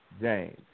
James